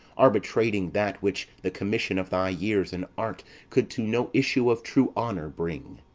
arbitrating that which the commission of thy years and art could to no issue of true honour bring.